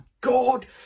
God